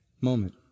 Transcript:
moment